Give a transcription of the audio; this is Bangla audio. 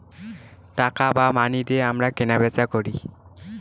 টাকা বা মানি দিয়ে আমরা কেনা বেচা করি